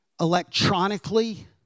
electronically